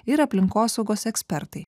ir aplinkosaugos ekspertai